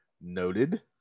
Noted